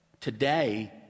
today